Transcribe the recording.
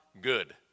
good